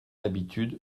habitude